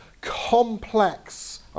complex